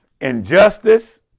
injustice